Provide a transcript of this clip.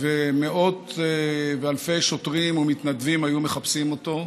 ומאות ואלפי שוטרים ומתנדבים היו מחפשים אותו,